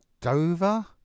Dover